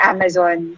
Amazon